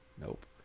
Nope